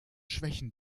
schwächen